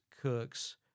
cooks